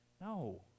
No